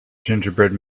gingerbread